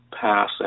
pass